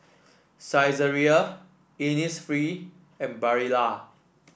Saizeriya Innisfree and Barilla